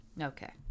Okay